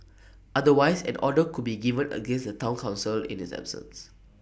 otherwise an order could be given against the Town Council in its absence